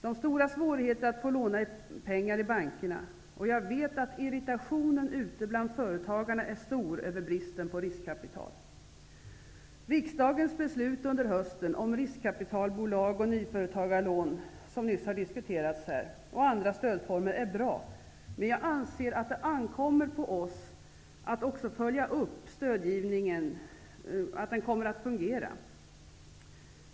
De har stora svårigheter att få låna pengar i bankerna, och jag vet att irritationen ute bland företagarna är stor över bristen på riskkapital. Riksdagens beslut under hösten om riskkapitalbolag, nyföretagarlån -- som nyss har diskuterats här -- och andra stödformer är bra. Men jag anser att det ankommer på oss att också följa upp detta och se till att stödgivningen fungerar.